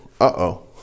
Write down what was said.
Uh-oh